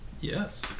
Yes